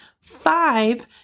Five